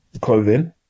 clothing